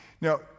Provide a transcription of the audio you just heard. Now